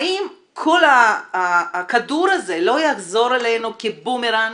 האם הכדור הזה לא יחזור אלינו כבומרנג,